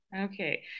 Okay